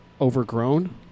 overgrown